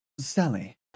Sally